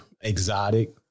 exotic